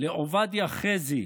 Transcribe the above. לעובדיה חזי,